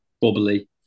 bubbly